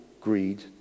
greed